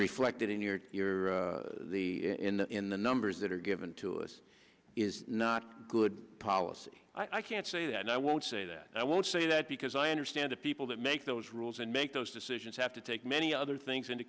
reflected in your in the in the numbers that are given to us is not good policy i can't say that and i won't say that i won't say that because i understand the people that make those rules and make those decisions have to take many other things into